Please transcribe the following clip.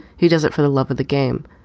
he does it for the love of the game.